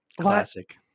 classic